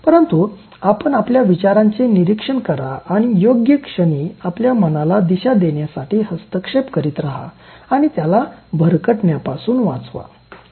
परंतु आपण आपल्या विचारांचे निरीक्षण करा आणि योग्य क्षणी आपल्या मनाला दिशा देण्यासाठी हस्तक्षेप करीत रहा आणि त्याला भरकटण्यापासून वाचवा